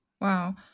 Wow